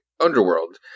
underworld